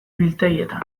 biltegietan